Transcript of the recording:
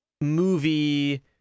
movie